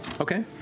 Okay